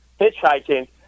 hitchhiking